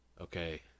Okay